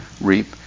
reap